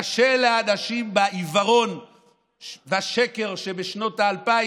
קשה לאנשים בעיוורון והשקר שבשנות האלפיים